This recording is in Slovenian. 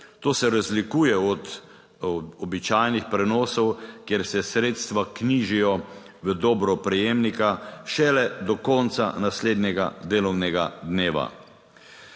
To se razlikuje od običajnih prenosov, kjer se sredstva knjižijo v dobro prejemnika šele do konca naslednjega delovnega dneva.